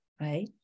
right